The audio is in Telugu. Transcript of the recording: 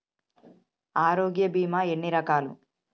ఆరోగ్య బీమా ఎన్ని రకాలు?